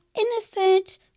innocent